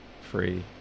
free